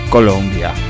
Colombia